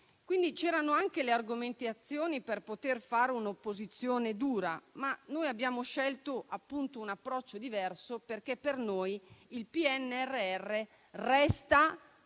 Quindi, c'erano anche le argomentazioni per poter fare un'opposizione dura, ma noi abbiamo scelto un approccio diverso, perché il PNRR,